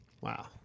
Wow